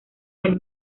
del